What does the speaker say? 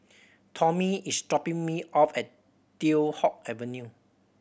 Tommie is dropping me off at Teow Hock Avenue